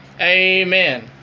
amen